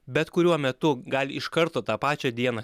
bet kuriuo metu gali iš karto tą pačią dieną